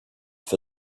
for